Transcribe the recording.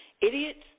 idiots